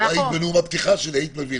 אם היית בנאום הפתיחה שלי, היית מבינה.